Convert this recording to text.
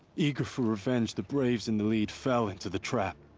eager for revenge, the braves in the lead fell into the trap.